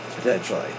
potentially